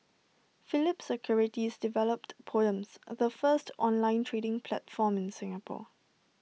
Phillip securities developed poems the first online trading platform in Singapore